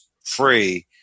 free